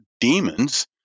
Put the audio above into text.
demons